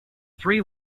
three